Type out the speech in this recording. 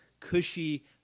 Cushy